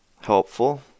helpful